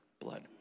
blood